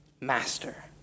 Master